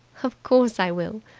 of course i will.